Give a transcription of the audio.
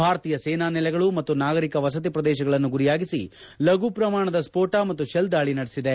ಭಾರತೀಯ ಸೇನಾನೆಲೆಗಳು ಮತ್ತು ನಾಗರಿಕ ವಸತಿ ಪ್ರದೇಶಗಳನ್ನು ಗುರಿಯಾಗಿಸಿ ಲಘು ಪ್ರಮಾಣದ ಸ್ಪೋಟ ಮತ್ತು ಶೆಲ್ ದಾಳಿ ನಡೆಸಿದೆ